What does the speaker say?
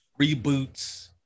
reboots